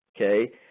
Okay